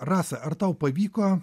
rasa ar tau pavyko